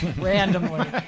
randomly